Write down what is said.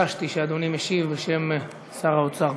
הדגשתי שאדוני משיב בשם שר האוצר.